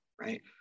right